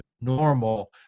normal